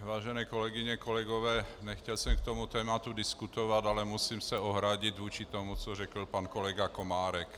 Vážené kolegyně, kolegové, nechtěl jsem k tomuto tématu diskutovat, ale musím se ohradit vůči tomu, co řekl pan kolega Komárek.